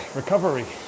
recovery